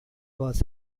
was